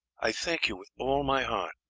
i thank you with all my heart,